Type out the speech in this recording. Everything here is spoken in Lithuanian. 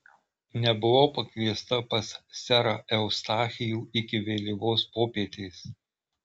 nebuvau pakviesta pas serą eustachijų iki vėlyvos popietės